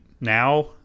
now